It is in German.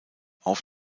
auf